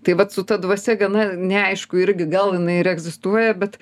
tai vat su ta dvasia gana neaišku irgi gal jinai ir egzistuoja bet